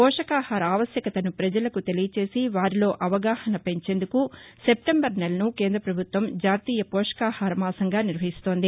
పోషకాహార ఆవశ్యకతను పజలకు తెలియచేసి వారిలో అవగాహన పెంచేందుకు సెప్టెంబర్ నెలను కేంద్ర పభుత్వం జాతీయ పోషకాహార మాసంగా నిర్వహిస్తోంది